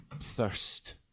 thirst